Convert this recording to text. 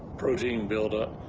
protein build up.